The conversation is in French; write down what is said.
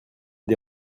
des